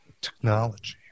technology